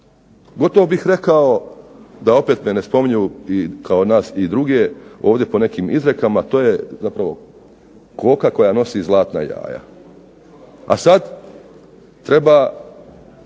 Gotovo bih rekao da opet me ne spominju kao nas i druge ovdje po nekim izrekama. To je zapravo koka koja nosi zlatna jaja, a sad treba